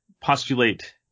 postulate